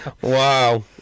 wow